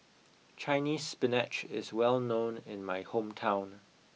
Chinese spinach is well known in my hometown